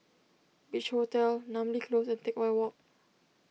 Beach Hotel Namly Close and Teck Whye Walk